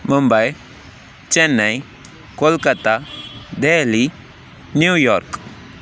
Mumbai Chennai Kolkata Delhi New York